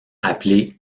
appelé